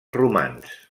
romans